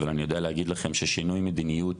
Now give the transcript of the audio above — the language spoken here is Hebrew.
אבל אני יודע להגיד לכם ששינוי מדיניות,